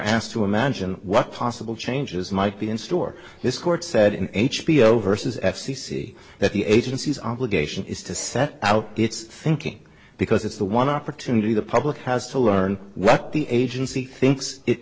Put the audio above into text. asked to imagine what possible changes might be in store this court said in h b o versus f c c that the agency's obligation is to set out its thinking because it's the one opportunity the public has to learn what the agency thinks it